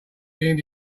being